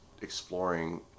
exploring